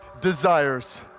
desires